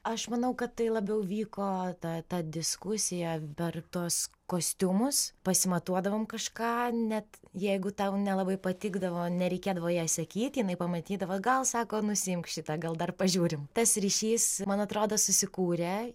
aš manau kad tai labiau vyko ta ta diskusija per tuos kostiumus pasimatuodavom kažką net jeigu tau nelabai patikdavo nereikėdavo jai sakyti jinai pamatydavo gal sako nusiimk šitą gal dar pažiūrim tas ryšys man atrodo susikūrė